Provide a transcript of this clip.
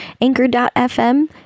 anchor.fm